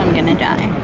gonna die